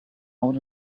out